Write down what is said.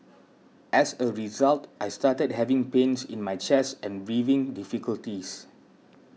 as a result I started having pains in my chest and breathing difficulties